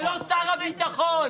זה לא שר הביטחון.